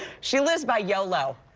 she lives by yolo.